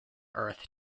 earth